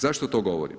Zašto to govorim?